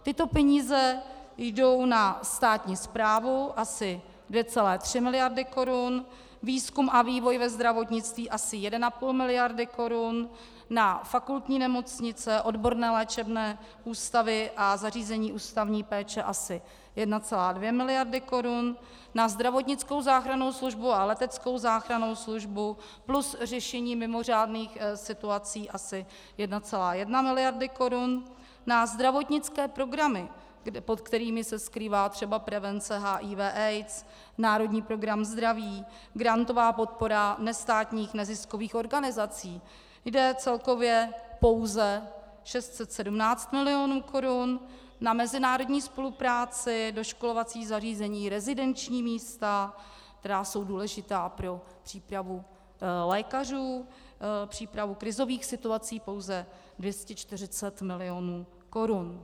Tyto peníze jdou na státní správu asi 2,3 mld. korun, výzkum a vývoj ve zdravotnictví asi 1,5 mld. korun, na fakultní nemocnice, odborné léčebné ústavy a zařízení ústavní péče asi 1,2 mld. korun, na zdravotnickou záchrannou službu a leteckou záchrannou službu, plus řešení mimořádných situací asi 1,1 mld. korun, na zdravotnické programy, pod kterými se skrývá třeba prevence HIV, AIDS, národní program zdraví, grantová podpora nestátních neziskových organizací, jde celkově pouze 617 mil. korun, na mezinárodní spolupráci, doškolovací zařízení, rezidenční místa, která jsou důležitá pro přípravu lékařů, přípravu krizových situací pouze 240 mil. korun.